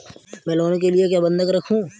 मैं लोन के लिए क्या बंधक रखूं?